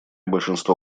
большинство